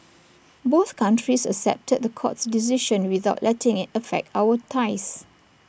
both countries accepted the court's decision without letting IT affect our ties